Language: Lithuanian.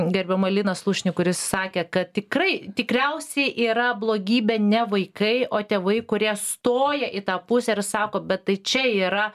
gerbiamą liną slušnį kuris sakė kad tikrai tikriausiai yra blogybė ne vaikai o tėvai kurie stoja į tą pusę ir sako bet tai čia yra